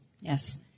yes